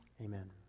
amen